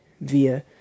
via